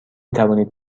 توانید